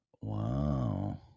wow